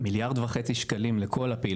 מיליארד וחצי בשנה לכל הפעילות.